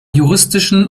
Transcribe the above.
juristischen